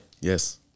Yes